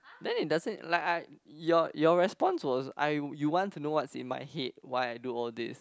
then it doesn't like I your your response was I you want to know what's in my head why I do all these